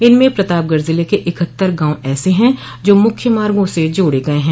इनमें प्रतापगढ़ ज़िले के इकहत्तर गांव ऐसे हैं जो मुख्य मार्गो से जोड़े गये हैं